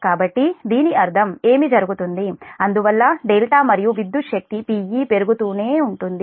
కాబట్టి దీని అర్థం ఏమి జరుగుతుంది అందువల్ల δ మరియు విద్యుత్ శక్తి Pe పెరుగుతూనే ఉంటుంది